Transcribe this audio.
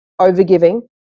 overgiving